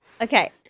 Okay